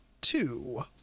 two